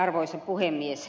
arvoisa puhemies